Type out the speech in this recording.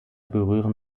berühren